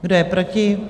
Kdo je proti?